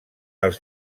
els